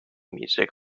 music